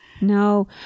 no